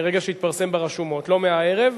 מרגע שיתפרסם ברשומות, לא מהערב.